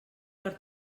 per